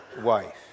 wife